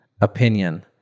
opinion